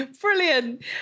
brilliant